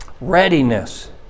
Readiness